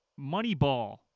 Moneyball